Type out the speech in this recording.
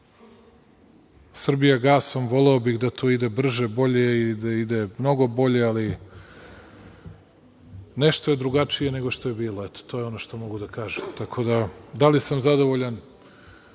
„Srbijagasom“, voleo bih da to ide brže, bolje i da ide mnogo bolje, ali nešto je drugačije nego što je bilo. To je ono što mogu da kažem. Da li sam zadovoljan?